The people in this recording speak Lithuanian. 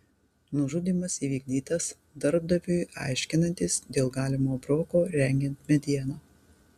nužudymas įvykdytas darbdaviui aiškinantis dėl galimo broko rengiant medieną